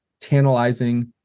tantalizing